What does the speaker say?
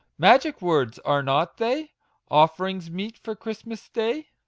magic words! are not they offerings meet for christmas day?